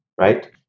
right